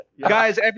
Guys